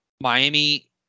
Miami